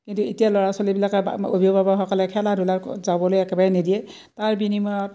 কিন্তু এতিয়া ল'ৰা ছোৱালীবিলাকে অভিভাৱকসকলে খেলা ধূলাৰ যাবলৈ একেবাৰে নিদিয়ে তাৰ বিনিময়ত